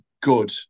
good